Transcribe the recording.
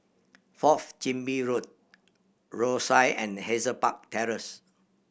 Fourth Chin Bee Road Rosyth and Hazel Park Terrace